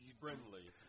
friendly